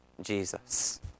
Jesus